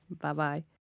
Bye-bye